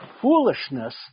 foolishness